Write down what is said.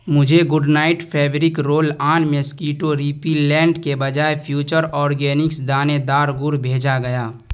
مجھے Good Knight fabric roll on mosquito repellent کے بجائے فیوچر آرگینکس دانے دار گڑ بھیجا گیا